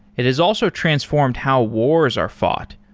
it has also transformed how wars are fought.